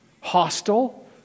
hostile